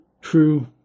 true